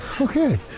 Okay